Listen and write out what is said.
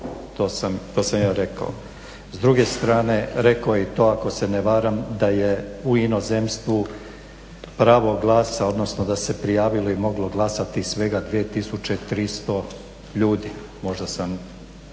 To sam ja rekao. S druge strane rekao je i to ako se ne varam da je u inozemstvu pravo glasa, odnosno da se prijavilo i moglo glasati svega 2300 ljudi. Možda sam